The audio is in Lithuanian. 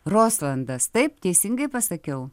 roslandas taip teisingai pasakiau